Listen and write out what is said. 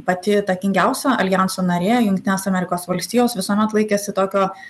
pati įtakingiausia aljanso narė jungtinės amerikos valstijos visuomet laikėsi tokio